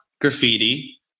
graffiti